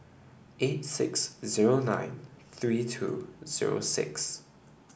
eight six zero nine three two zero six